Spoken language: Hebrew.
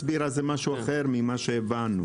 אבל מה שהיא מסבירה זה משהו אחר ממה שהבנו.